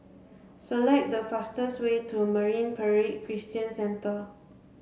select the fastest way to Marine Parade Christian Centre